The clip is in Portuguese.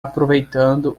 aproveitando